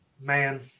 Man